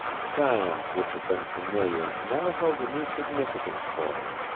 sounds which had been familiar now held a new significance for him.